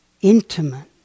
intimate